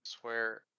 Swear